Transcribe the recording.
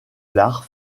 l’art